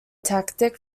tactic